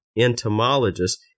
entomologist